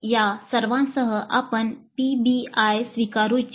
या सर्वांसह आपण पीबीआय स्वीकारू इच्छिता